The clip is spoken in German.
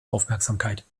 aufmerksamkeit